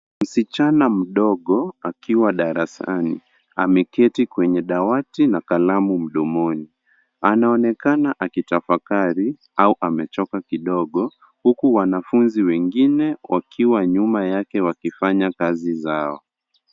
Msichana mdogo akiwa darasani, ameketi kwenye dawati na kalamu mdomoni. Anaonekana akitafakari au amechoka kidogo, huku wanafunzi wengine wakiwa nyuma yake, wakifanya kazi zao.